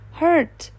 hurt